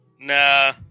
Nah